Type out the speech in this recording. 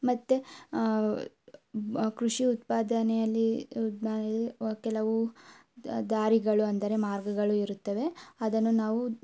ಮತ್ತು ಕೃಷಿ ಉತ್ಪಾದನೆಯಲ್ಲಿ ಕೆಲವು ದಾರಿಗಳು ಅಂದರೆ ಮಾರ್ಗಗಳು ಇರುತ್ತವೆ ಅದನ್ನು ನಾವು